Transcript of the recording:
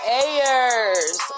ayers